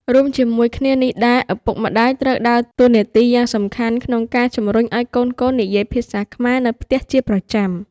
រួមជាមួយគ្នានេះដែរ ឪពុកម្តាយត្រូវដើរតួនាទីយ៉ាងសំខាន់ក្នុងការជំរុញឱ្យកូនៗនិយាយភាសាខ្មែរនៅផ្ទះជាប្រចាំ។